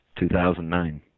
2009